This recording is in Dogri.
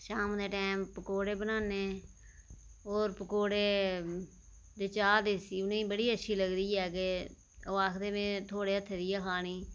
शाम दे टैम पकोड़े बनान्ने होर पकोड़े ते चाह् देसी उ'नें ई बड़ी गै अच्छी लगदी ऐ दे ओह् आखदे केह् थुआढ़े हत्थै दी खानी